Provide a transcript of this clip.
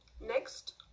Next